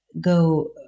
go